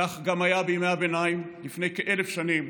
כך היה גם בימי הביניים לפני כ-1,000 שנים,